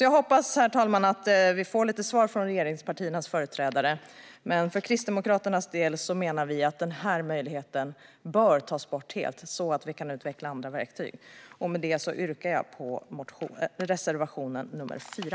Jag hoppas alltså att vi får lite svar från regeringspartiernas företrädare. För Kristdemokraternas del menar vi dock att den här möjligheten bör tas bort helt, så att vi kan utveckla andra verktyg. Med detta yrkar jag bifall till reservation 4.